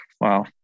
Wow